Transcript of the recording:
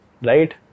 right